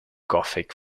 gothic